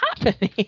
happening